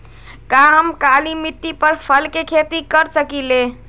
का हम काली मिट्टी पर फल के खेती कर सकिले?